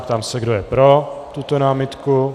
Ptám se, kdo je pro tuto námitku.